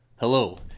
Hello